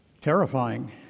terrifying